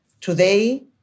today